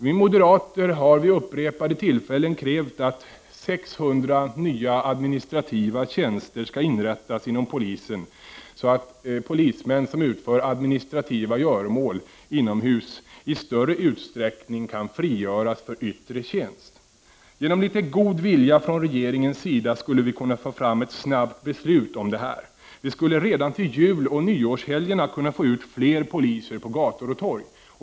Vi moderater har vid upprepade tillfällen krävt att 600 nya administrativa tjänster skall inrättas inom polisen, så att de polismän som utför administrativa göromål inomhus i större utsträckning kan frigöras för yttre tjänst. Genom litet god vilja från regeringens sida skulle vi snabbt kunna få fram ett beslut. Vi skulle redan till juloch nyårshelgerna kunna få ut fler poliser på gator och torg.